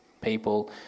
people